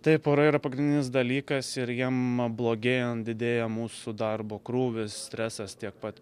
taip orai yra pagrindinis dalykas ir jiem blogėjant didėja mūsų darbo krūvis stresas tiek pat